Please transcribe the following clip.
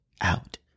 out